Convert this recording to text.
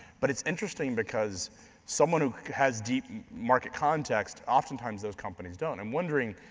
but it's interesting because someone who has deep market context, oftentimes those companies don't. i'm wondering,